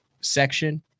section